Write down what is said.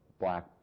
black